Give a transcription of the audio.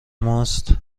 ماست